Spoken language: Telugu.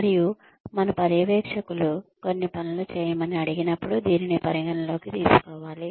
మరియు మన పర్యవేక్షకులు కొన్ని పనులు చేయమని అడిగినప్పుడు దీనిని పరిగణనలోకి తీసుకోవాలి